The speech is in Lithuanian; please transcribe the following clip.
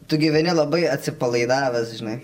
tu gyveni labai atsipalaidavęs žinai